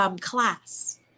class